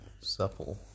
Supple